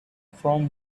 from